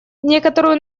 некоторую